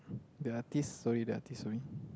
the artist sorry the artist only